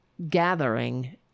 Gathering